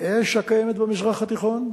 באש הקיימת במזרח התיכון,